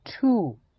two